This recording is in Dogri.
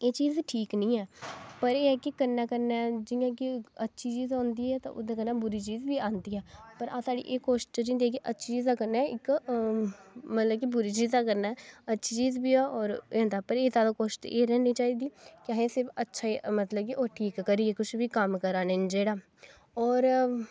एह् चीज ठीक निं ऐ पर एह् ऐ कि कन्नै कन्नै जि'यां कि अच्छी चीज होंदी ऐ ओह्दे कन्नै बुरी चीज बी आंदी ऐ पर साढ़ी एह् कोश्ट होंदी कि अच्छी चीज कन्नै इक मतलब कि बुरी चीज दा कन्नै अच्छी चीज बी होग होर एह् होंदा पर जादै कोश्ट एह् रैहनी चाहिदी कि असें ई सिर्फ अच्छा ई मतलब ओह् कि ठीक करियै कुछ बी कम्म करा ने जेह्ड़ा होर